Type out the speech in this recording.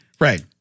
Right